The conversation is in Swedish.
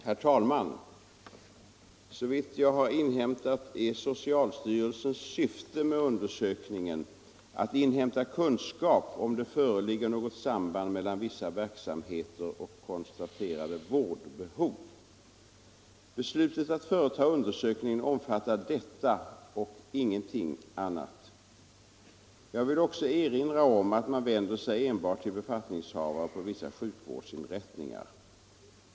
Herr talman! Såvitt jag har inhämtat är socialstyrelsens syfte med undersökningen att få kunskap om huruvida det föreligger något samband mellan vissa verksamheter och konstaterade vårdbehov. Beslutet att företa undersökningen omfattar detta och ingenting annat. Jag vill också erinra om att man vänder sig enbart till befattningshavare på vissa sjukvårdsinrättningar.